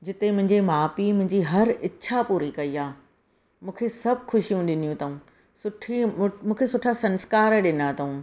जिते मुंहिंजे माउ पीउ मुंहिंजी हर इछा पूरी कई आहे मूंखे सभु ख़ुशियूं ॾिनियूं अथऊं सुठी मूंखे सुठा संस्कार ॾिना अथऊं